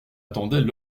attendaient